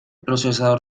procesador